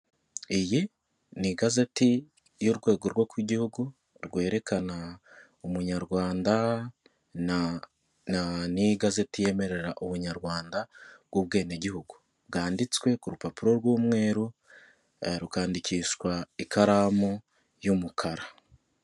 Iyi ni igazeti y'urwego rwo ku gihugu rwerekana umunyarwanda n'igazeti yemerera ubunyarwanda bw'ubwenegihugu, bwanditswe ku rupapuro rw'umweru rukandikishwa ikaramu y'umukara.